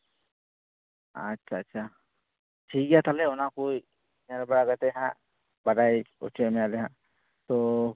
ᱟᱪᱪᱷᱟ ᱟᱪᱪᱷᱟ ᱴᱷᱤᱠᱜᱮᱭᱟ ᱛᱟᱞᱦᱮ ᱚᱱᱟᱠᱚ ᱧᱮᱞ ᱵᱟᱲᱟ ᱠᱟᱛᱮ ᱦᱟᱸᱜ ᱵᱟᱰᱟᱭ ᱦᱚᱪᱚᱭᱮᱫ ᱢᱮᱭᱟ ᱞᱮ ᱦᱟᱸᱜ ᱛᱚ